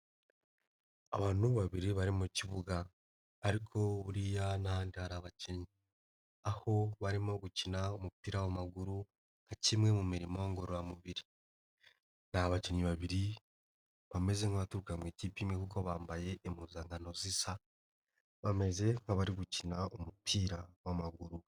Abantu babiri bari mu kibuga, ariko buriya n'ahandi hari abakinnyi, aho barimo gukina umupira w'amaguru nka kimwe mu mirimo ngororamubiri, ni abakinnyi babiri, bameze nk'abaturuka mu ikipe imwe kuko bambaye impuzankano zisa, bameze nk'abari gukina umupira w'amaguru.